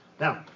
Now